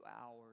hours